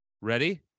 ready